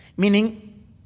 meaning